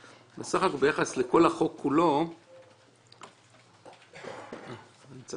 ביחס לכל החוק כולו --- חברת הכנסת גרמן,